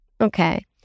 Okay